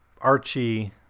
Archie